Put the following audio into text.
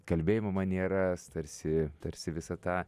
kalbėjimo manieras tarsi tarsi visą tą